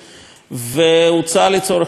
והוצא לצורך כך מכרז,